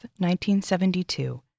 1972